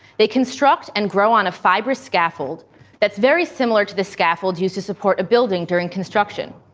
they construct and grow on a fibrous scaffold that's very similar to the scaffold used to support a building during construction.